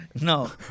No